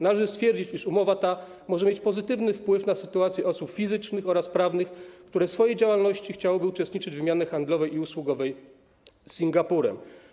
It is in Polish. Należy stwierdzić, iż umowa ta może mieć pozytywny wpływ na sytuację osób fizycznych oraz prawnych, które w swojej działalności chciałyby uczestniczyć w wymianie handlowej i usługowej z Singapurem.